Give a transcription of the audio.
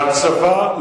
והצבא,